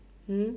hmm